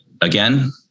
again